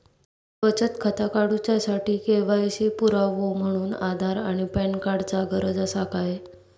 बचत खाता काडुच्या साठी के.वाय.सी पुरावो म्हणून आधार आणि पॅन कार्ड चा गरज आसा काय?